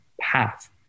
path